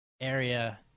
area